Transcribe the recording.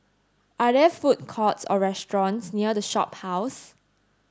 are there food courts or restaurants near The Shophouse